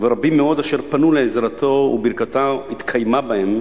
ורבים מאוד אשר פנו לעזרתו וברכתו התקיימה בהם